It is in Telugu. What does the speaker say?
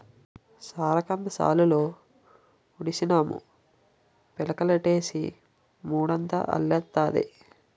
సారికంద సాలులో ఉడిసినాము పిలకలెట్టీసి మడంతా అల్లెత్తాది